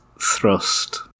thrust